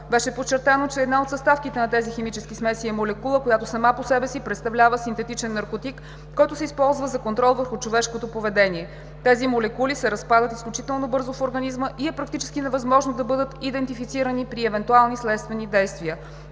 Беше подчертано, че една от съставките на тези химически смеси е молекула, която сама по себе си представлява синтетичен наркотик, който се използва за контрол върху човешкото поведение. Тези молекули се разпадат изключително бързо в организма и е практически невъзможно да бъдат идентифицирани при евентуални следствени действия.